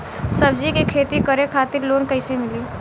सब्जी के खेती करे खातिर लोन कइसे मिली?